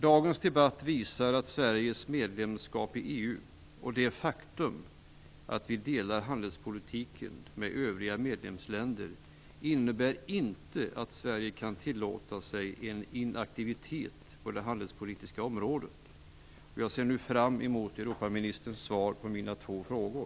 Dagens debatt visar att Sveriges medlemskap i EU och det faktum att vi delar handelspolitiken med övriga medlemsländer inte innebär att Sverige kan tillåta sig inaktivitet på det handelspolitiska området. Jag ser nu fram emot Europaministerns svar på mina två frågor.